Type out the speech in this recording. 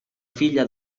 filla